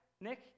Nick